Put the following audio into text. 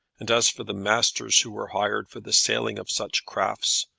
and as for the masters who were hired for the sailing of such crafts,